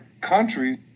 countries